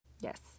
Yes